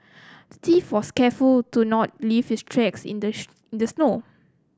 the thief was careful to not leave his tracks in in the snow